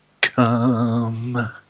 come